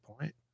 point